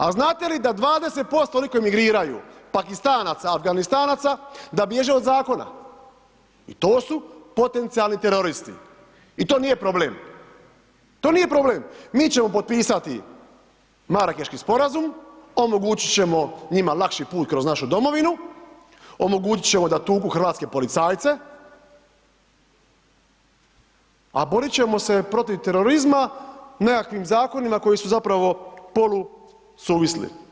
A znate li da 20% onih koji migriraju Pakistanaca, Afganistanaca da bješe od zakona i to su potencijalni teroristi i to nije problem, to nije problem mi ćemo potpisati Marakeški sporazum, omogućit ćemo njima lakši put kroz našu domovinu, omogućit ćemo da tuku hrvatske policajce, a borit ćemo se protiv terorizma nekakvim zakonima koji su zapravo polusuvisli.